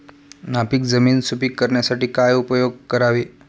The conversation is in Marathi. नापीक जमीन सुपीक करण्यासाठी काय उपयोग करावे?